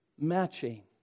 matching